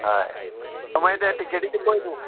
हय मागीर ते टिकेटीचे पय तूं